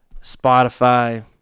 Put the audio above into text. Spotify